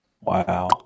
Wow